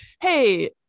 hey